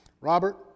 Robert